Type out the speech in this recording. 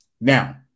Now